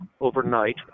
overnight